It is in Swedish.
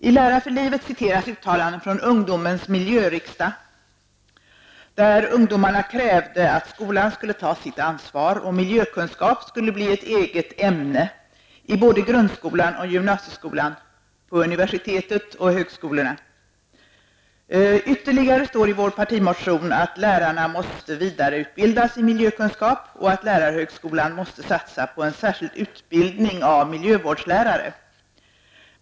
I Lära för livet citeras uttalanden från ungdomens miljöriksdag, där ungdomar krävde att skolan skulle ta sitt anvar och att miljökunskap skulle bli ett eget ämne i både grundskolan och gymnasieskolan, på universitet och högskolor. Ytterligare står i vår partimotion att lärarna måste vidareutbildas i miljökunskap och att lärarhögskolan måste satsa på en särskild utbildning av miljövårdslärare.